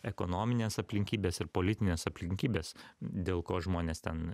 ekonominės aplinkybės ir politinės aplinkybės dėl ko žmonės ten